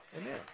Amen